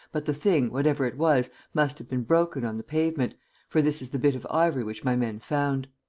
but the thing, whatever it was, must have been broken on the pavement for this is the bit of ivory which my men found.